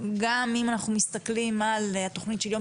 גם אם אנחנו מסתכלים על התכנית של יום